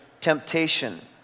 temptation